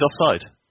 offside